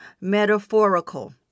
metaphorical